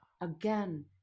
Again